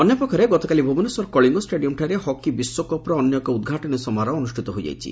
ଅନ୍ୟପକ୍ଷରେ ଗତକାଲି ଭୁବନେଶ୍ୱର କଳିଙ୍ଗ ଷ୍ଟାଡିୟମ୍ଠାରେ ହକି ବିଶ୍ୱକପ୍ର ଅନ୍ୟ ଏକ ଉଦ୍ଘାଟନୀ ସମାରୋହ ଅନୁଷ୍ଷିତ ହୋଇଯାଇଛି